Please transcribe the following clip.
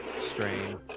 strain